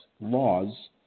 laws